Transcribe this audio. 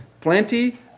plenty